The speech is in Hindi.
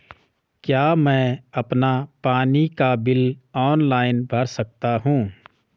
क्या मैं अपना पानी का बिल ऑनलाइन भर सकता हूँ?